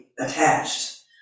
Attached